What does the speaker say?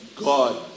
God